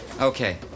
Okay